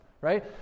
right